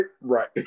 Right